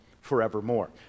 forevermore